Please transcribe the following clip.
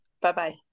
Bye-bye